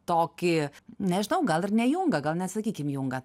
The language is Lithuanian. tokį nežinau gal ir ne junga gal nesakykim junga